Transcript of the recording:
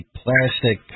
plastic